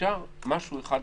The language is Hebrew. אפשר משהו אחד לעשות,